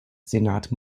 senat